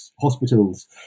hospitals